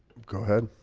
go ahead